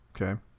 Okay